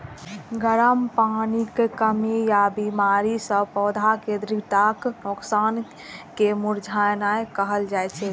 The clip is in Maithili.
गर्मी, पानिक कमी या बीमारी सं पौधाक दृढ़ताक नोकसान कें मुरझेनाय कहल जाइ छै